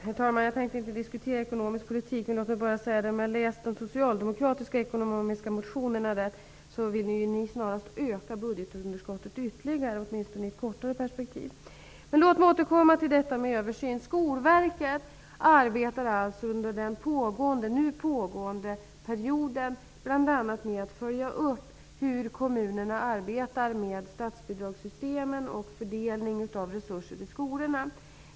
Herr talman! Jag tänker inte diskutera ekonomisk politik. Jag vill bara påpeka att Socialdemokraterna, om jag har läst deras ekonomiska motioner rätt, snarast vill öka budgetunderskottet ytterligare, åtminstone i ett kortare perspektiv. Låt mig återkomma till detta med en översyn. Skolverket arbetar alltså under den nu pågående perioden bl.a. med att följa upp hur kommunerna arbetar med statsbidragssystemen och fördelningen av resurser till skolorna.